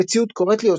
מציאות קוראת לי,